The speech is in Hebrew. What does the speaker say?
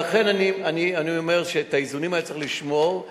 לכן אני אומר שאת האיזונים היה צריך לשמור,